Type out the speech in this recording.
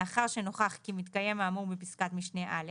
לאחר שנוכח כי מתקיים האמור בפסקת משנה (א).